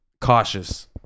cautious